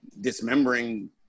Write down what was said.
dismembering